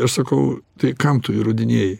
aš sakau tai kam tu įrodinėji